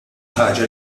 ħaġa